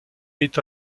est